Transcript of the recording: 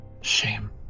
Shame